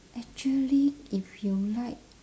actually if you like